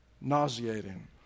nauseating